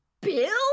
Bill